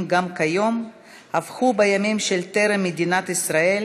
גם כיום הפכו בימים של טרם מדינת ישראל